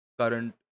current